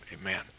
Amen